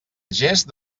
gest